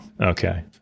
Okay